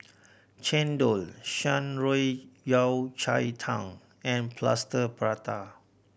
chendol Shan Rui Yao Cai Tang and Plaster Prata